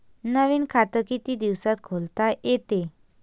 नवीन खात कितीक दिसात खोलता येते?